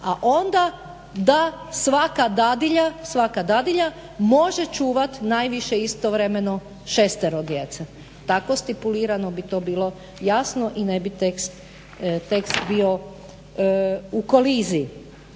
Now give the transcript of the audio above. A onda da svaka dadilja može čuvati najviše istovremeno 6 djece. Tako stipulirano bi to bilo jasno i ne bi tekst bio u koliziji.